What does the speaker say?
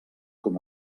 com